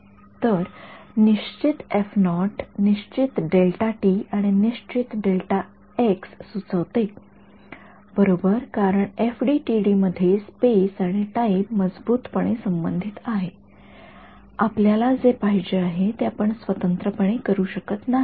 तर निश्चित निश्चित आणि निश्चित सुचवते बरोबर कारण एफडीटीडी मध्ये स्पेस आणि टाईम मजबूत पणे संबंधित आहे आपल्याला जे पाहिजे आहे ते आपण स्वतंत्रपणे करू शकत नाही